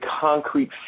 concrete